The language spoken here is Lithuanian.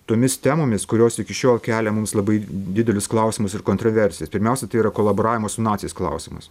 tomis temomis kurios iki šiol kelia mums labai didelius klausimus ir kontroversijas pirmiausia tai yra kolaboravimo su naciais klausimas